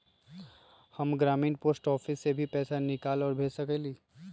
हम ग्रामीण post office से भी पैसा निकाल और भेज सकेली?